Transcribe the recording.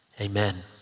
Amen